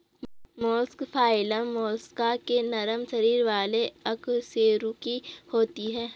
mollusc phylum Mollusca के नरम शरीर वाले अकशेरुकी होते हैं